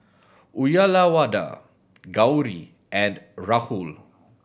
Uyyalawada Gauri and Rahul